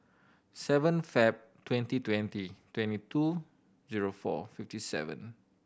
seven Feb twenty twenty twenty two zero four fifty seven